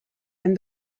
and